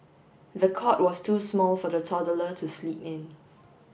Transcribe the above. the cot was too small for the toddler to sleep in